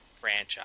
franchise